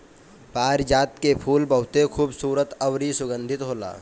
पारिजात के फूल बहुते खुबसूरत अउरी सुगंधित होला